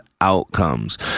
outcomes